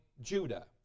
Judah